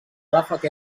ràfec